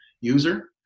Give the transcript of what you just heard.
user